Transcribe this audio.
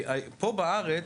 פה בארץ,